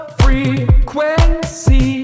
frequency